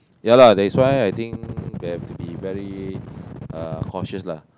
ya lah that's why I think they have to be very uh cautious lah